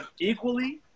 equally